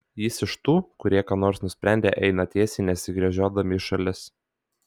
jis iš tų kurie ką nors nusprendę eina tiesiai nesigręžiodami į šalis